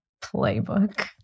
playbook